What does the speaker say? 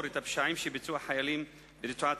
את הפשעים שביצעו החיילים ברצועת-עזה.